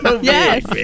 yes